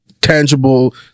tangible